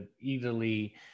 easily